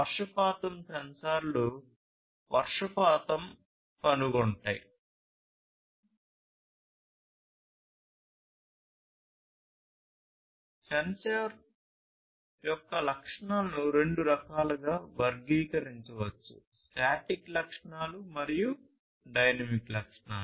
వర్షపాతం సెన్సార్లు వర్షపాతం కనుగొంటాయి సెన్సార్ల యొక్క లక్షణాలను రెండు రకాలుగా వర్గీకరించవచ్చు స్టాటిక్ లక్షణాలు మరియు డైనమిక్ లక్షణాలు